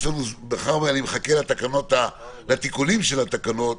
מאחר שאני מחכה לתיקונים של התקנות,